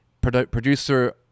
producer